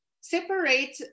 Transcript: separate